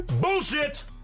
Bullshit